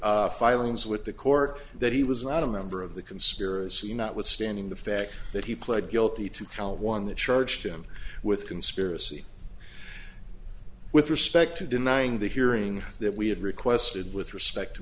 e filings with the court that he was not a member of the conspiracy notwithstanding the fact he pled guilty to count one that charged him with conspiracy with respect to denying the hearing that we had requested with respect to